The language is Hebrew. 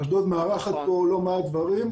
אשדוד מארחת כאן לא מעט דברים,